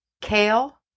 kale